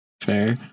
Fair